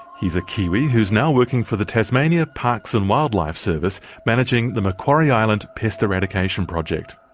he's a kiwi who's now working for the tasmania parks and wildlife service managing the macquarie island pest eradication project.